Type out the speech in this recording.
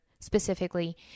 specifically